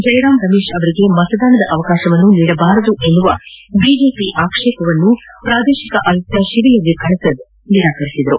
ಜಯರಾಮ್ ರಮೇಶ್ ಅವರಿಗೆ ಮತದಾನದ ಅವಕಾಶವನ್ನು ನೀಡಬಾರದು ಎಂದು ಬಿಜೆಪಿ ಪ್ರಸ್ತಾಪಿಸಿದ ಆಕ್ಷೇಪವನ್ನು ಪ್ರಾದೇಶಿಕ ಆಯುಕ್ತ ಶಿವಯೋಗಿ ಕಳಸದ್ ನಿರಾಕರಿಸಿದರು